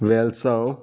वेलसांव